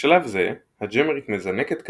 בשלב זה הג'אמרית מזנקת קדימה,